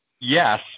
Yes